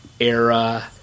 era